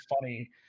funny